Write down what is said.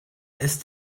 ist